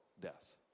death